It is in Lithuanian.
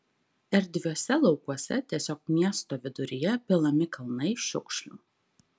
erdviuose laukuose tiesiog miesto viduryje pilami kalnai šiukšlių